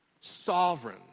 sovereign